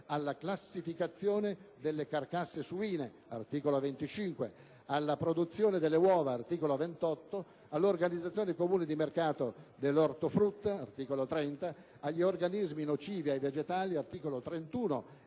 alla classificazione delle carcasse suine (articolo 25), alla produzione delle uova (articolo 28), all'organizzazione comune di mercato dell'ortofrutta (articolo 30), agli organismi nocivi ai vegetali (articolo 31),